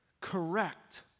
correct